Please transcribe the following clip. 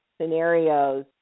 scenarios